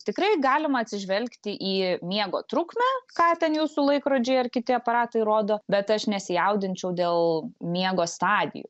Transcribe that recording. tikrai galima atsižvelgti į miego trukmę ką ten jūsų laikrodžiai ar kiti aparatai rodo bet aš nesijaudinčiau dėl miego stadijų